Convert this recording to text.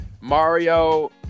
Mario